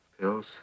Pills